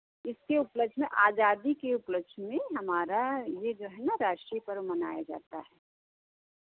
इसके उपलक्ष्य में आज़ादी के उपलक्ष्य में हमारा ये जो है ना राष्ट्रीय पर्व मनाया जाता है